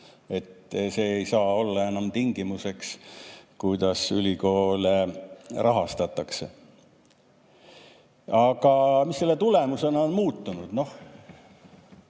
see ei saa olla enam tingimuseks, kuidas ülikoole rahastatakse. Aga mis selle tulemusena on muutunud?